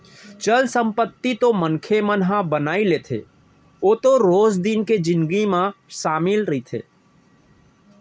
चल संपत्ति तो मनखे मन ह बनाई लेथे ओ तो रोज दिन के जिनगी म सामिल रहिथे